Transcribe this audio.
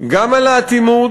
גם על האטימות,